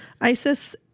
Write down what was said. Isis